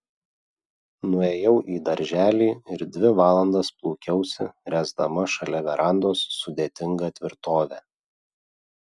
nuėjau į darželį ir dvi valandas plūkiausi ręsdama šalia verandos sudėtingą tvirtovę